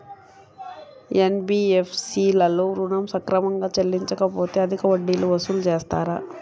NBFC లలో ఋణం సక్రమంగా చెల్లించలేకపోతె అధిక వడ్డీలు వసూలు చేస్తారా?